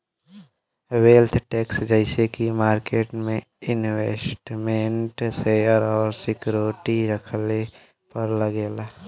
wealth tax जइसे की market में इन्वेस्टमेन्ट शेयर और सिक्योरिटी रखले पर लगेला